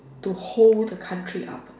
to hold the country up